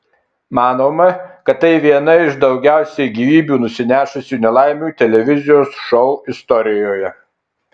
manoma kad tai viena iš daugiausiai gyvybių nusinešusių nelaimių televizijos šou istorijoje